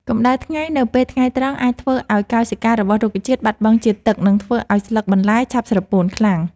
កម្ដៅថ្ងៃនៅពេលថ្ងៃត្រង់អាចធ្វើឱ្យកោសិការបស់រុក្ខជាតិបាត់បង់ជាតិទឹក និងធ្វើឱ្យស្លឹកបន្លែឆាប់ស្រពោនខ្លាំង។